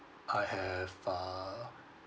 I have uh